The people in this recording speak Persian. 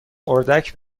اردک